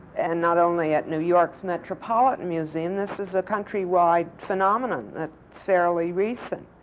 and not only at new york's metropolitan museum this is a countrywide phenomenon that's fairly recent.